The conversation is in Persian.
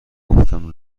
گفتم